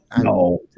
no